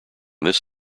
this